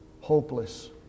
hopeless